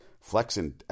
Flexing